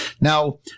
Now